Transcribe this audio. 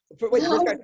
No